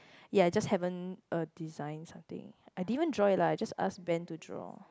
ya just haven't uh design something I didn't even draw it lah just ask when to draw